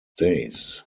days